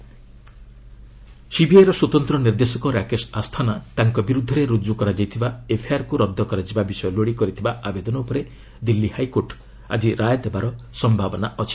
ରିଭ୍ ଏଚ୍ସି ଆସ୍ଥାନ ସିବିଆଇର ସ୍ୱତନ୍ତ୍ର ନିର୍ଦ୍ଦେଶକ ରାକେଶ ଆସ୍ଥାନା ତାଙ୍କ ବିରୁଦ୍ଧରେ ରୁଜୁ ହୋଇଥିବା ଏଫ୍ଆଇଆର୍କୁ ରବ୍ଦ କରାଯିବା ବିଷୟ ଲୋଡି କରିଥିବା ଆବେଦନ ଉପରେ ଦିଲ୍ଲୀ ହାଇକୋର୍ଟ ଆଜି ରାୟ ଦେବାର ସମ୍ଭାବନା ଅଛି